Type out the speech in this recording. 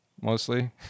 mostly